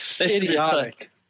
idiotic